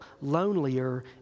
lonelier